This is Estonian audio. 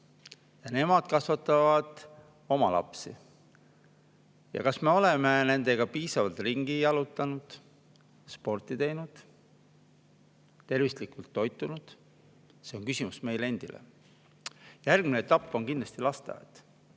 nemad kasvatavad oma lapsi. Kas me oleme nendega piisavalt ringi jalutanud, sporti teinud, tervislikult toitunud? See on küsimus meile endile. Järgmine etapp on kindlasti lasteaed.